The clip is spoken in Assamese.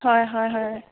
হয় হয় হয়